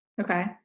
Okay